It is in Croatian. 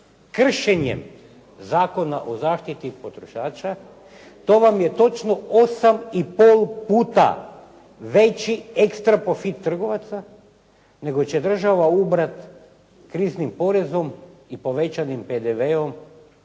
kršenjem Zakona o zaštiti potrošača to vam je točno 8 i pol puta veći ekstra profit trgovaca nego će država ubrati kriznim porezom i povećanim PDV-om